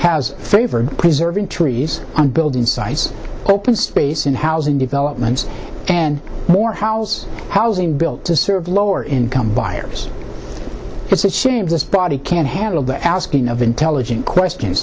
has favored preserving to and build in size open space in housing developments and more house housing built to serve lower income buyers it's a shame this body can't handle the asking of intelligent question